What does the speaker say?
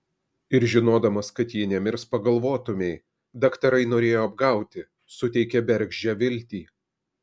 ir žinodamas kad ji nemirs pagalvotumei daktarai norėjo apgauti suteikė bergždžią viltį